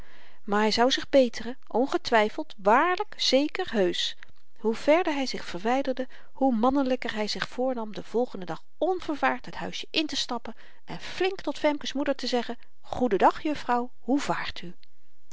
maar hy zou zich beteren ongetwyfeld waarlyk zeker heusch hoe verder hy zich verwyderde hoe mannelyker hy zich voornam den volgenden dag onvervaard het huisjen intestappen en flink tot femke's moeder te zeggen goeden dag juffrouw hoe vaart u